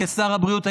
כשר הבריאות,